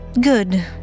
Good